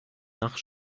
nach